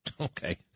okay